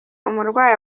umurwayi